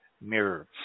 mirror